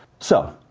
so.